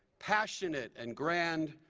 passionate and grand.